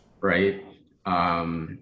right